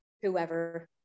whoever